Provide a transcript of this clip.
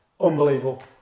Unbelievable